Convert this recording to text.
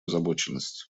озабоченность